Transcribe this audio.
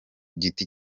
giti